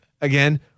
again